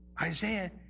Isaiah